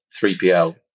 3pl